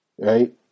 Right